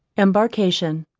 embarkation.